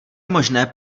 možné